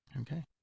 Okay